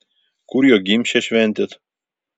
kur jo gimšę šventėt